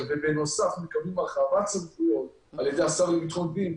ובנוסף מקבלים הרחבת סמכויות על ידי השר לביטחון הפנים,